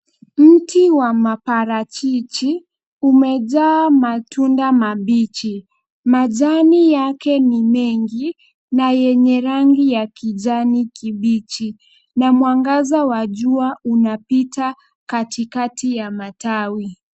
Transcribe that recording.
Mti wa maparachichi umejaa matunda mabichi. Majani yake ni mengi na yenye rangi ya kijani kibichi na mwangaza wa jua unapita katikati ya matawi.